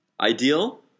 Ideal